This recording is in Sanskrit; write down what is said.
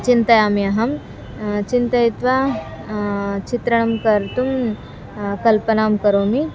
चिन्तयामि अहं चिन्तयित्वा चित्रणं कर्तुं कल्पनां करोमि